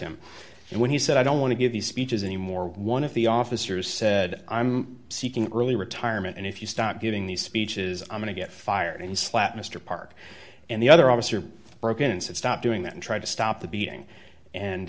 him and when he said i don't want to give these speeches any more one of the officers said i'm seeking early retirement and if you stop giving these speeches i'm going to get fired and slapped mr park and the other officer broke in and said stop doing that and try to stop the beating